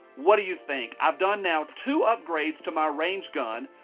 what do you think? i've done now two upgrades to my range gun.